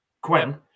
Quinn